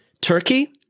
Turkey